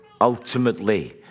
ultimately